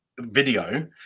video